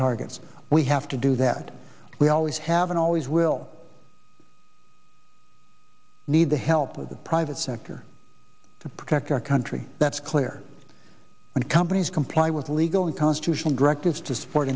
targets we have to do that we always have and always will need the help of the private sector to protect our country that's clear and companies comply with legal and constitutional